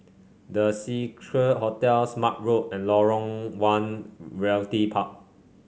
The Seacare Hotel Smart Road and Lorong One Realty Park